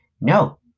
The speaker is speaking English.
No